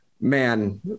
man